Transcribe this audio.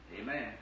Amen